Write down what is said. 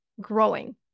growing